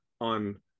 on